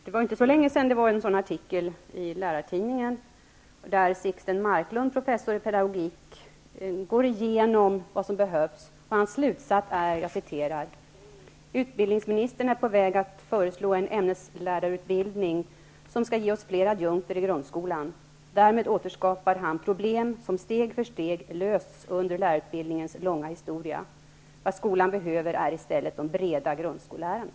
Det var inte så länge sedan som det fanns en artikel i Lärartidningen av Sixten Marklund, professor i pedagogik. I artikeln går han igenom vad som behövs. Hans slutsats är: Utbildningsministern är på väg att föreslå en ämneslärarutbildning som skall ge oss fler adjunkter i grundskolan. Därmed återskapar han problem som steg för steg lösts under lärarutbildningens långa historia. Vad skolan behöver är i stället de breda grundskollärarna.